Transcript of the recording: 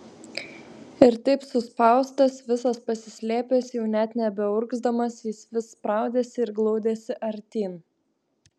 ir taip suspaustas visas pasislėpęs jau net nebeurgzdamas jis vis spraudėsi ir glaudėsi artyn